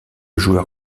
joueur